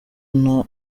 nta